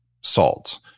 salt